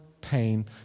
pain